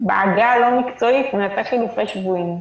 בעגה הלא מקצועית, "חילופי שבויים",